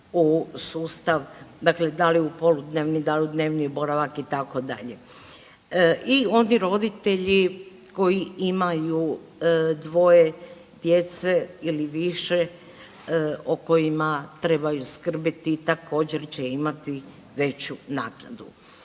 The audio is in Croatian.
u sustav, dakle da li u poludnevni, da li u dnevni boravak itd. I oni roditelji koji imaju dvoje djece ili više o kojima trebaju skrbiti također će imati veću naknadu.